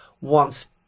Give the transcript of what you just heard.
wants